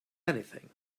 anything